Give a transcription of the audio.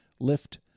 lift